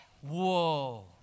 whoa